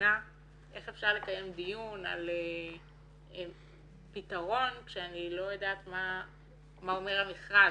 מבינה איך אפשר לקיים דיון על פתרון כשאני לא יודעת מה אומר המכרז.